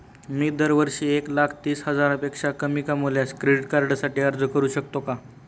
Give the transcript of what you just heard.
मी दरवर्षी एक लाख तीस हजारापेक्षा कमी कमावल्यास क्रेडिट कार्डसाठी अर्ज करू शकतो का?